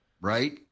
Right